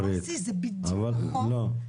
זה בדיוק נכון.